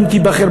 אם תיבחר,